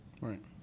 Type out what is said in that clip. Right